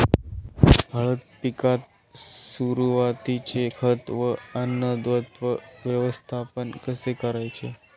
हळद पिकात सुरुवातीचे खत व अन्नद्रव्य व्यवस्थापन कसे करायचे?